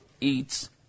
eats